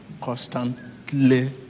constantly